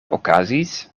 okazis